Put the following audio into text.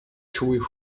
chewy